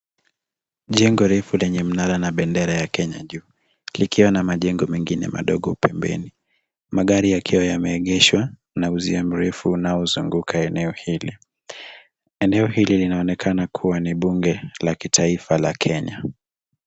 Jengo refu lenye mnara na bendera ya Kenya juu, likiwa na majengo mengine madogo pembeni. Magari yakiwa yameegeshwa na uzio mrefu unaozunguka eneo hili. Eneo hili linaonekana kuwa ni bunge la kitaifa la Kenya.